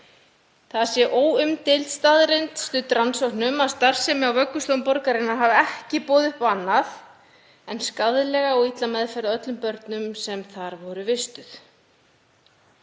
það sé óumdeild staðreynd studd rannsóknum að starfsemi á vöggustofum borgarinnar hafi ekki boðið upp á annað en skaðlega og illa meðferð á öllum börnum sem þar voru vistuð.